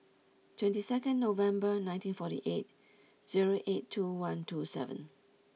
twenty second November nineteen forty eight zero eight two one two seven